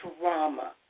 trauma